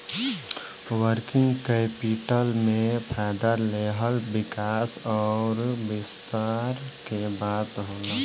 working capital में फ़ायदा लेहल विकास अउर विस्तार के बात होला